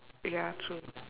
ya true